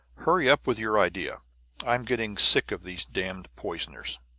hurry up with your idea i'm getting sick of these damned poisoners.